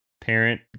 parent